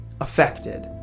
affected